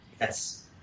Yes